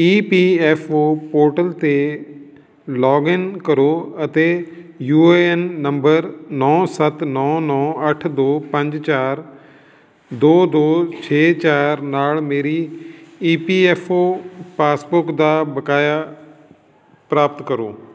ਈ P F O portal 'ਤੇ login ਕਰੋ ਅਤੇ ਯੂ ਏ ਐੱਨ ਨੰਬਰ ਨੌ ਸੱਤ ਨੌ ਨੌ ਅੱਠ ਦੋ ਪੰਜ ਚਾਰ ਦੋ ਦੋ ਛੇ ਚਾਰ ਨਾਲ ਮੇਰੀ E P F O passbook ਦਾ ਬਕਾਇਆ ਪ੍ਰਾਪਤ ਕਰੋ